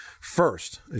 first